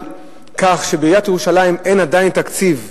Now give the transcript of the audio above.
כך שבעיריית ירושלים אין עדיין תקציב,